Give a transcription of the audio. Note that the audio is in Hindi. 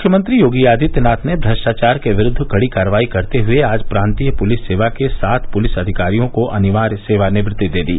मुख्यमंत्री योगी आदित्यनाथ ने भ्रष्टाचार के विरूद्व कड़ी कार्रवाई करते हुए आज प्रांतीय पुलिस सेवा के सात पुलिस अधिकारियों को अनिवार्य सेवानिवृत्ति दे दी